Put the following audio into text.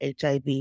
HIV